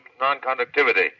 non-conductivity